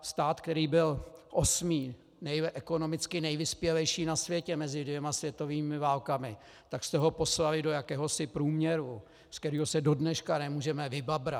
Stát, který byl osmý ekonomicky nejvyspělejší na světě mezi dvěma světovými válkami, tak jste ho poslali do jakéhosi průměru, z kterého se do dneška nemůžeme vybabrat.